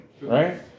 right